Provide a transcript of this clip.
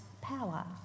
power